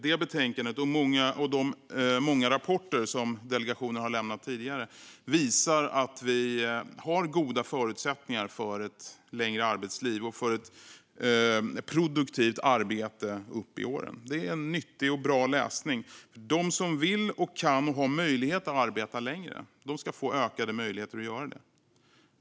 Det betänkandet, och de många rapporter som delegationen har lämnat tidigare, visar att vi har goda förutsättningar för ett längre arbetsliv och ett produktivt arbetsliv upp i åren. Det är nyttig och bra läsning. De som vill, kan och har möjlighet att arbeta längre ska få ökade möjligheter att göra det.